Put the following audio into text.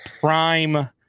prime